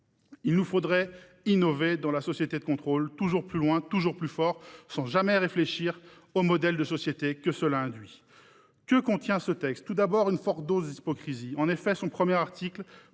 Il nous faudrait innover dans la société de contrôle, toujours plus loin, toujours plus fort, sans jamais réfléchir au modèle de société que cela induit. Que contient ce texte ? Une forte dose d'hypocrisie. En effet, son article